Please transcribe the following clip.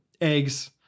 Eggs